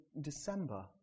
December